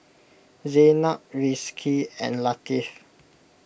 Zaynab Rizqi and Latif